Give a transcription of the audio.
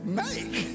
make